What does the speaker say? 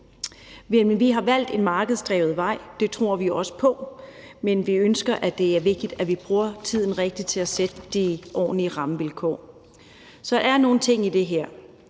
Man har valgt en markedsdrevet vej, og det tror vi også på, men vi mener, det er vigtigt, at vi bruger tiden rigtigt til at sætte nogle ordentlige rammevilkår. Så der er nogle ting i det her,